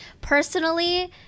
personally